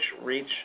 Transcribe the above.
reach